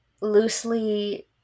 loosely